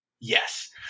yes